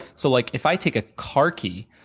so like if i take a car key,